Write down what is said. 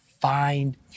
find